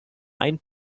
ein